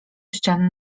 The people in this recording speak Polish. ścian